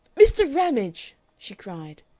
mr. ramage! she cried,